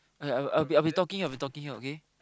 I I I will be I'll be talking I'll be talking out okay